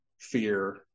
fear